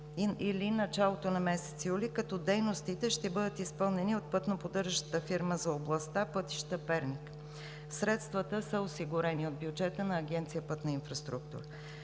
или началото на месец юли, като дейностите ще бъдат изпълнени от пътно-поддържащата фирма за областта „Пътища – Перник“. Средствата са осигурени от бюджета на Агенция „Пътна инфраструктура“.